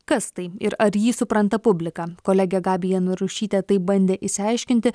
kas tai ir ar jį supranta publika kolegė gabija narušytė tai bandė išsiaiškinti